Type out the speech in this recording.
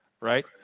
right